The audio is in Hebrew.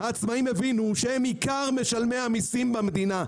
העצמאים הבינו שהם עיקר משלמי המיסים במדינה.